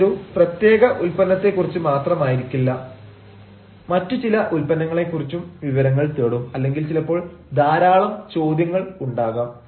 അത് ഒരു പ്രത്യേക ഉൽപ്പന്നത്തെ കുറിച്ച് മാത്രമായിരിക്കില്ല മറ്റു ചില ഉൽപ്പന്നങ്ങളെ കുറിച്ചും വിവരങ്ങൾ തേടും അല്ലെങ്കിൽ ചിലപ്പോൾ ധാരാളം ചോദ്യങ്ങൾ ഉണ്ടാകാം